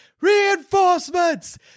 Reinforcements